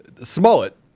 Smollett